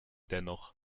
dennoch